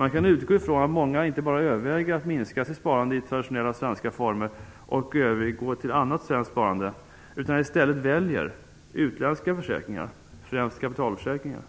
Man kan utgå ifrån att många inte bara överväger att minska sitt sparande i traditionella svenska former och övergå till annat svenskt sparande utan i stället väljer utländska försäkringar, främst kapitalförsäkringar.